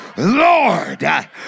Lord